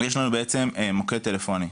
יש לנו בעצם מוקד טלפוני.